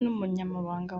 n’umunyamabanga